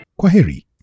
Kwaheri